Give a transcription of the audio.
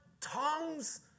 tongues